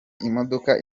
imodoka